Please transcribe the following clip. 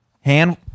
hand